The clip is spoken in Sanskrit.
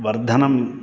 वर्धनम्